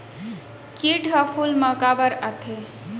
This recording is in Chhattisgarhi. किट ह फूल मा काबर आथे?